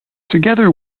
together